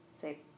Say